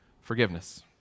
forgiveness